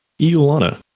Iolana